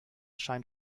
scheint